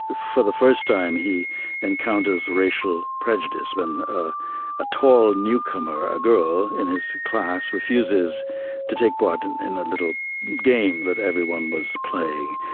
for the first time, he encounters racial prejudice when ah a tall newcomer, a girl in his class, refuses to take part and in a little game that everyone was playing.